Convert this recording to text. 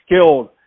skilled